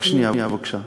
רק שנייה בבקשה.